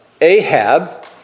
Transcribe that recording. Ahab